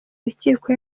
rukiko